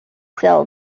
sell